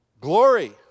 Glory